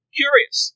curious